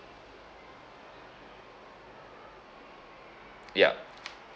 yup